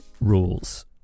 rules